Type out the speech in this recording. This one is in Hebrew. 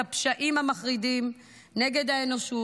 את הפשעים המחרידים נגד האנושות,